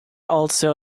also